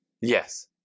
Yes